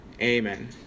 amen